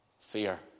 Fear